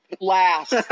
last